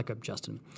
Justin